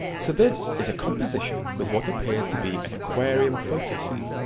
so this is a composition with what appears to be an aquarium photo scene.